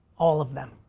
all of them.